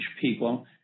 people